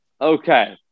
Okay